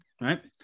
right